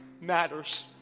Matters